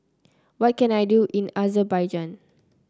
what can I do in Azerbaijan